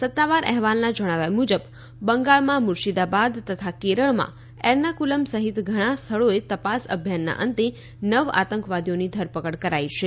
સત્તાવાર અહેવાલ જણાવ્યા મુજબ બંગાળમાં મુર્શિદાબાદ તથા કેરળમાં એર્નાકુલમ સહિત ઘણાં સ્થળોએ તપાસ અભિયાનના અંતે નવ આતંકવાદીઓની ધરપકડ કરાઈ છે